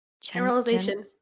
generalization